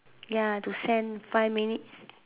ya to send five minutes